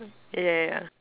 ya ya ya